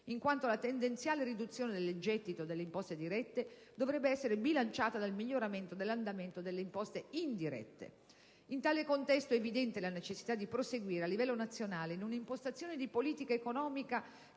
in quanto la tendenziale riduzione del gettito delle imposte dirette dovrebbe essere bilanciata dal miglioramento nell'andamento delle imposte indirette. In tale contesto, è evidente la necessità di proseguire, a livello nazionale, in un'impostazione di politica economica